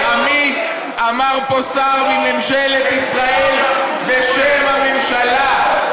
עמי" אמר פה שר מממשלת ישראל בשם הממשלה.